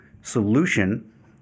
solution